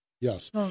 Yes